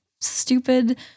stupid